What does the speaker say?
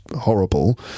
horrible